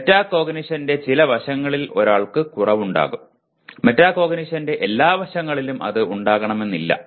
മെറ്റാകോഗ്നിഷന്റെ ചില വശങ്ങളിൽ ഒരാൾക്ക് കുറവുണ്ടാകാം മെറ്റാകോഗ്നിഷന്റെ എല്ലാ വശങ്ങളിലും അത് ഉണ്ടാകണമെന്നില്ല